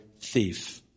thief